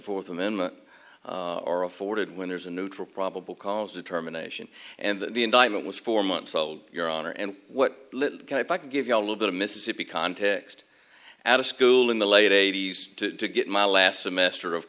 fourth amendment are afforded when there's a neutral probable cause determination and the indictment was four months old your honor and what i can give you a little bit of mississippi context at a school in the late eighty's to get my last semester of